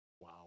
wow